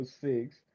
six